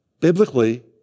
biblically